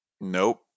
Nope